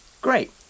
Great